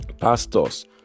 Pastors